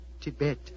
Tibet